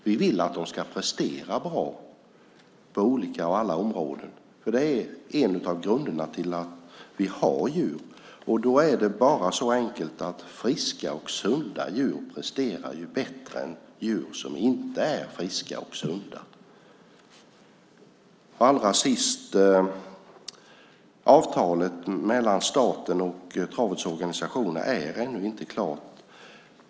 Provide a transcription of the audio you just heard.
Vi vill att de ska prestera bra på olika och alla områden, för det är en av grunderna till att vi har djur. Då är det bara så enkelt att friska och sunda djur presterar bättre än djur som inte är friska och sunda. Allra sist: Avtalet mellan staten och travets organisationer är ännu inte klart.